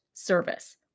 service